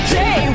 day